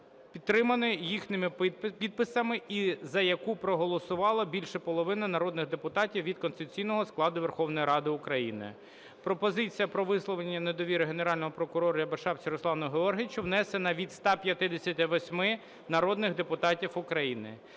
підтриманою їхніми підписами, і за яку проголосувало більше половини народних депутатів від конституційного складу Верховної Ради України. Пропозиція про висловлення недовіри Генеральному прокурору Рябошапці Руслану Георгійович внесена від 158 народних депутатів України.